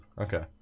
okay